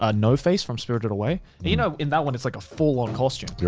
ah noface from spirited away. and you know, in that one it's like a full-on costume. yeah